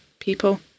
people